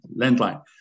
landline